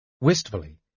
Wistfully